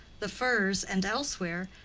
the firs, and elsewhere,